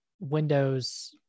Windows